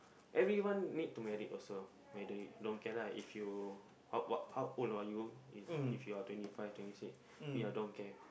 everyone need to married also whether you don't care lah if you how what how old are you is if you are twenty five twenty six me I don't care